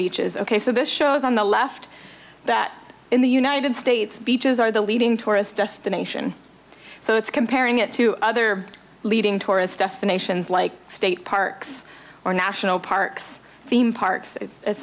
beaches ok so this shows on the left that in the united states beaches are the leading tourist destination so it's comparing it to other leading tourist destinations like state parks or national parks theme parks